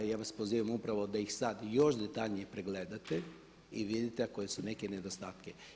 Ja vas pozivam upravo da ih sad još detaljnije pregledate i vidite ako su nekoje nedostatke.